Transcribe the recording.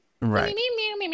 right